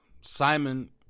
Simon